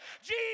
Jesus